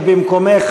במקומך,